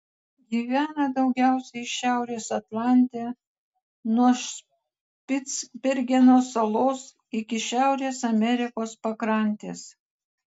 gyvena daugiausiai šiaurės atlante nuo špicbergeno salos iki šiaurės amerikos pakrantės